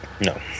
No